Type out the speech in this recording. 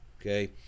okay